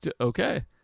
Okay